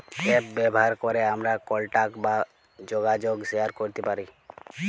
app ব্যাভার ক্যরে আমরা কলটাক বা জ্যগাজগ শেয়ার ক্যরতে পারি